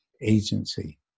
agency